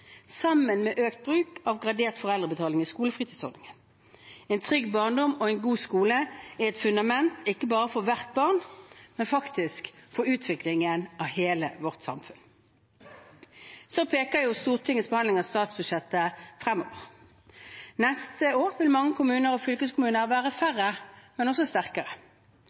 sammen med økt bruk av gradert foreldrebetaling i skolefritidsordningen. En trygg barndom og en god skole er et fundament ikke bare for hvert enkelt barn, men faktisk for utviklingen av hele vårt samfunn. Stortingets behandling av statsbudsjettet peker fremover. Neste år vil det være færre kommuner og fylkeskommuner, men også sterkere.